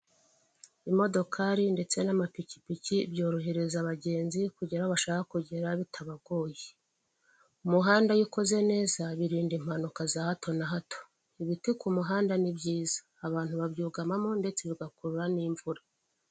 Imodokari ndetse n'amapikipiki byorohereza abagenzi kugera aho bashaka kugera bitabagoye, umuhanda iyo ukoze neza birinda impanuka za hato na hato, ibiti ku muhanda ni byiza abantu babyugamo ndetse bigakurura n'imvura.